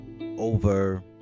over